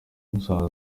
musaza